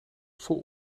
vol